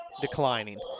declining